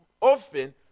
often